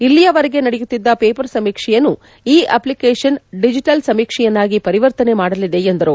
ಇಲ್ಲಿಯವರೆಗೆ ನಡೆಯುತ್ತಿದ್ದ ವೇಪರ್ ಸಮೀಕ್ಷೆಯನ್ನು ಈ ಅಪ್ಲಿಕೇಶನ್ ಡಿಜೆಟಲ್ ಸಮೀಕ್ಷೆಯನ್ನಾಗಿ ಪರಿವರ್ತನೆ ಮಾಡಲಿದೆ ಎಂದರು